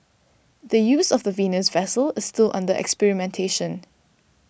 the use of the Venus vessel is still under experimentation